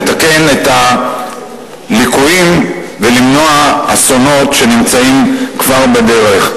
לתקן את הליקויים ולמנוע אסונות שנמצאים כבר בדרך.